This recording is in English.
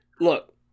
Look